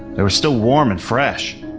they were still warm and fresh,